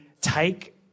take